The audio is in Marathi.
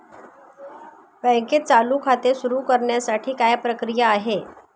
बँकेत चालू खाते सुरु करण्यासाठी काय प्रक्रिया आहे?